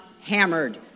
hammered